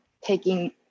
taking